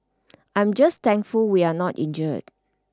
I'm just thankful we are not injured